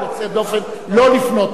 אני מבקש באופן יוצא דופן לא לפנות,